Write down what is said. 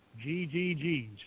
G-G-G's